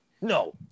No